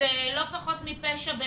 אני אומר על זה משהו בעיניי זה לא פחות מפשע.